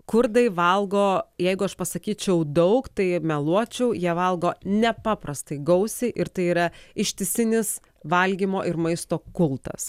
kurdai valgo jeigu aš pasakyčiau daug tai meluočiau jie valgo nepaprastai gausiai ir tai yra ištisinis valgymo ir maisto kultas